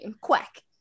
Quack